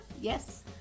Yes